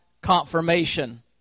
confirmation